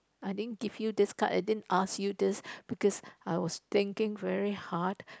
I didn't give you these cards I didn't ask you this because I was thinking very hard